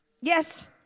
Yes